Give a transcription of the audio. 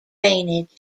drainage